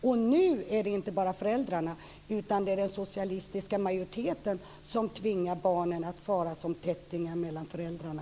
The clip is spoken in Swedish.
Och nu är det inte bara föräldrarna utan även den socialistiska majoriteten som tvingar barnen att fara som tättingar mellan föräldrarna.